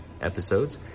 episodes